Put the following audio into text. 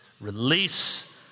Release